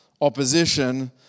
opposition